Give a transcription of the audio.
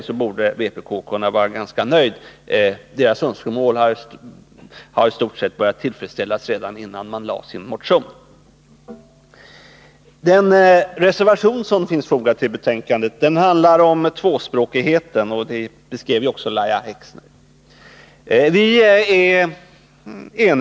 Därför borde man inom vpk vara ganska nöjd. Vpk:s önskemål var i stort sett tillgodosedda redan innan man väckte sin motion. Den reservation som är fogad till betänkandet handlar om tvåspråkigheten, vilken också Lahja Exner beskrev.